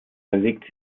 verlegt